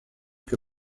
que